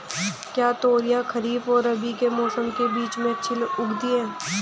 क्या तोरियां खरीफ और रबी के मौसम के बीच में अच्छी उगती हैं?